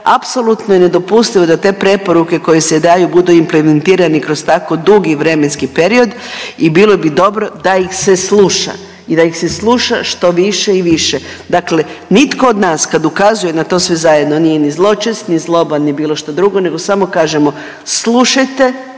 apsolutno je nedopustivo da te preporuke koje se daju budu implementirani kroz tako dugi vremenski period i bilo bi dobro da ih se sluša i da ih se sluša što više i više. Dakle, nitko od nas kad ukazuje na to sve zajedno nije ni zločest, ni zloban ni bilo šta drugo nego samo kažemo slušajte